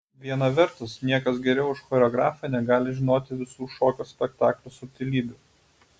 viena vertus niekas geriau už choreografą negali žinoti visų šokio spektaklio subtilybių